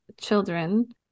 children